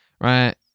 right